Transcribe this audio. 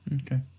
Okay